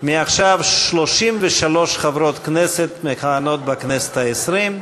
מעכשיו 33 חברות כנסת מכהנות בכנסת העשרים,